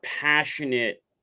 passionate